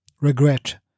regret